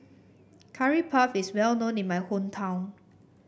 Curry Puff is well known in my hometown